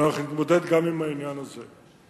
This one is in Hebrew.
ואנחנו נתמודד גם עם העניין הזה.